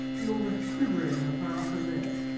the almost quivering of her upper lip,